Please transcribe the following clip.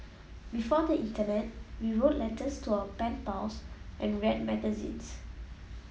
before the internet we wrote letters to our pen pals and read magazines